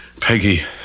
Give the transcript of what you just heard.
peggy